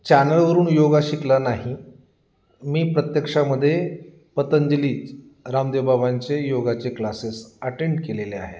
चॅनलवरून योगा शिकला नाही मी प्रत्यक्षामध्ये पतंजली रामदेव बाबांचे योगाचे क्लासेस अटेंड केलेले आहेत